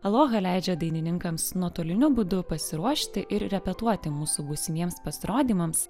aloha leidžia dainininkams nuotoliniu būdu pasiruošti ir repetuoti mūsų būsimiems pasirodymams